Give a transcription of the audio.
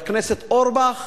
חבר הכנסת אורבך,